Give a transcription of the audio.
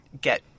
get